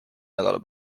nädala